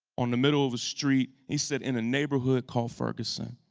on the middle of the street. he said, in a neighborhood called ferguson.